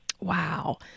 Wow